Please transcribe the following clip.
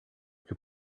que